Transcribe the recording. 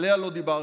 שעליה לא דיברתי